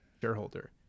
shareholder